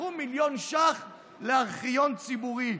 לקחו מיליון שקלים לארכיון ציבורי.